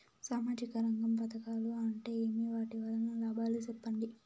సామాజిక రంగం పథకాలు అంటే ఏమి? వాటి వలన లాభాలు సెప్పండి?